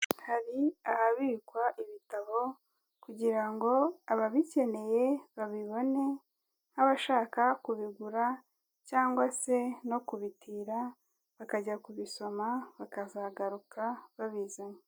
Hari ahabikwa ibitabo kugira ngo ababikeneye babibone nk'abashaka kubigura cyangwa se no kubitira bakajya kubisoma bakazagaruka babizanye.